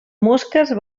mosques